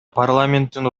парламенттин